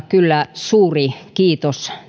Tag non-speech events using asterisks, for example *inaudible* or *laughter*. *unintelligible* kyllä suuri kiitos